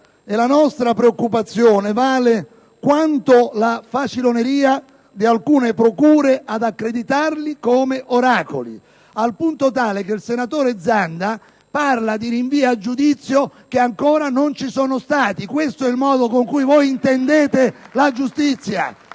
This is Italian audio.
La nostra preoccupazione vale quanto la faciloneria di alcune procure ad accreditarli come oracoli, al punto tale che il senatore Zanda parla di rinvii a giudizio che ancora non ci sono stati. *(Applausi dal Gruppo PdL)*. Questo è il modo con cui intendete la giustizia!